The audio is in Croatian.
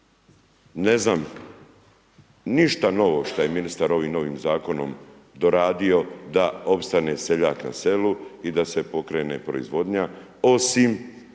ne znam ništa novo šta je ministar ovim zakonom doradio da opstane seljak na selu i da se pokrene proizvodnja osim